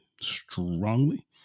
Strongly